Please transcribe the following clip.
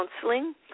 counseling